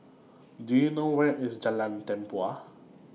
Do YOU know Where IS Jalan Tempua